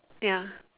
ya